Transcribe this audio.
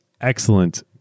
excellent